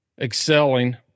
excelling